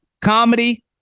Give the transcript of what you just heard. comedy